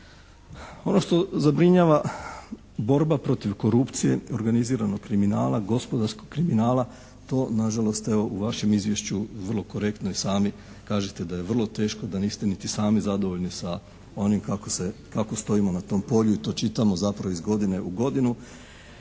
Ono što zabrinjava. Borba protiv korupcije, organiziranog kriminala, gospodarskog kriminala. To nažalost evo u vašem izvješću vrlo korektno i sami kažete da je vrlo teško, da niste niti sami zadovoljni sa onim kako stojimo na tom polju i to čitamo zapravo iz godine u godinu.